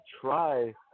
try